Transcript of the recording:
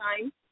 time